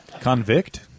Convict